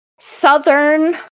Southern